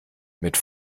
mit